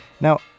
Now